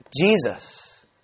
Jesus